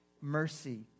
mercy